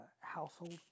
Household